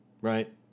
right